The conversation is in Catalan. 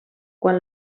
quan